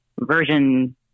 version